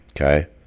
Okay